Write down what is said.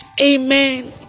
amen